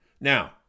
Now